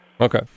Okay